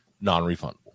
non-refundable